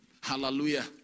Hallelujah